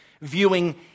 viewing